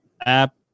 app